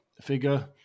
figure